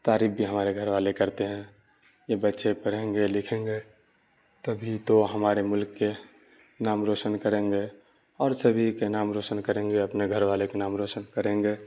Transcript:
تعریف بھی ہمارے گھر والے کرتے ہیں جب بچے پڑھیں گے لکھیں گے تبھی تو ہمارے ملک کے نام روشن کریں گے اور سبھی کے نام روشن کریں گے اپنے گھر والے کے نام روشن کریں گے